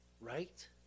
Right